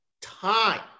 time